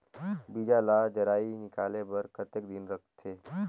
बीजा ला जराई निकाले बार कतेक दिन रखथे?